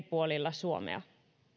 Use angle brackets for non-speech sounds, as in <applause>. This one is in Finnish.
<unintelligible> puolilla suomea